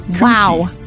Wow